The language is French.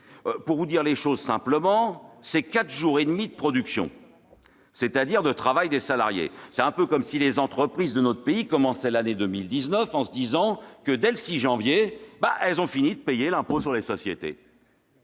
Pour dire les choses simplement, cela représente quatre jours et demi de production, c'est-à-dire de travail des salariés. C'est un peu comme si les entreprises de notre pays commençaient l'année 2019 en se disant que, dès le 6 janvier, elles auraient fini de payer l'impôt sur les sociétés